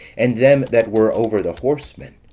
and them that were over the horsemen.